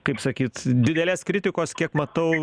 kaip sakyt didelės kritikos kiek matau